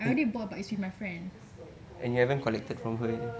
I already bought but it's with my friend